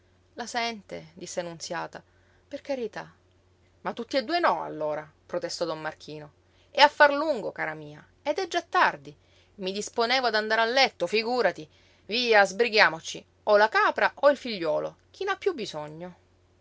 la sente disse nunziata per carità ma tutti e due no allora protestò don marchino è affar lungo cara mia ed è già tardi i disponevo ad andar a letto figúrati via sbrighiamoci o la capra o il figliuolo chi n'ha piú bisogno